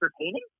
entertaining